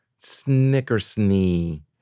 Snickersnee